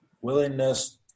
Willingness